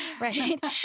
Right